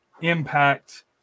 impact